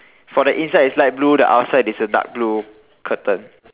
for the inside is light blue the outside is a dark blue curtain